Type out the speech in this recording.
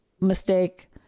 mistake